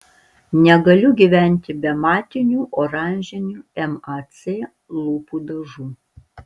negaliu gyventi be matinių oranžinių mac lūpų dažų